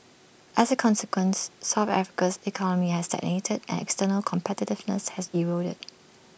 as A consequence south Africa's economy has stagnated and external competitiveness has eroded